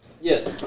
Yes